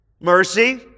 Mercy